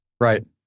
Right